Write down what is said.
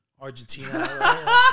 Argentina